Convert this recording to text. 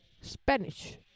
Spanish